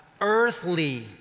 earthly